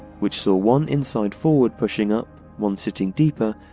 which saw one inside forward pushing up, one sitting deeper,